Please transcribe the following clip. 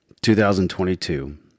2022